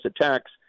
attacks